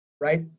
right